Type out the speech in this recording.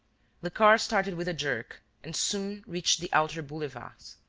the car started with a jerk and soon reached the outer boulevards,